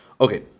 okay